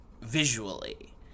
visually